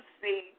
see